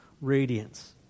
radiance